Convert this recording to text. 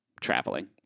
traveling